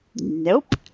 nope